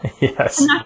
Yes